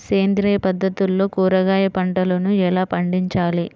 సేంద్రియ పద్ధతుల్లో కూరగాయ పంటలను ఎలా పండించాలి?